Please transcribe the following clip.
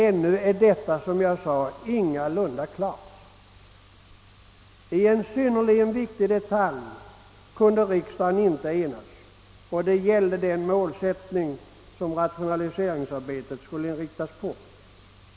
ännu är detta, som jag sade, ingalunda klart. I en synnerligen viktig detalj kunde riksdagen inte enas. Det gällde den målsättning som rationaliseringsarbetet skulle inriktas på.